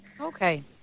Okay